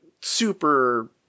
super